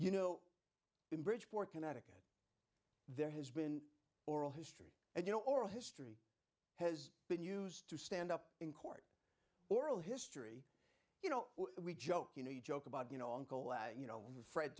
you know in bridgeport connecticut there has been oral history and you know oral history has been used to stand up in oral history you know we joke you know you joke about you know